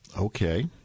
okay